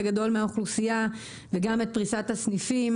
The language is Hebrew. גדול מהאוכלוסייה וגם את פריסת הסניפים.